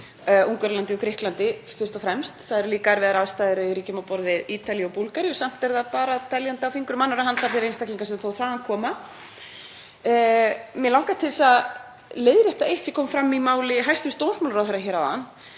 Ungverjalandi og Grikklandi fyrst og fremst. Það eru líka erfiðar aðstæður í ríkjum á borð við Ítalíu og Búlgaríu og samt er þeir bara teljandi á fingrum annarrar handar þeir einstaklingar sem þó þaðan koma. Mig langar til að leiðrétta eitt sem kom fram í máli hæstv. dómsmálaráðherra hér áðan